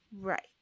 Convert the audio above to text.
Right